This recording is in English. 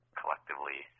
collectively